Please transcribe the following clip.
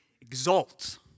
exalt